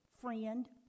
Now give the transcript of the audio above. friend